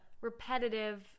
repetitive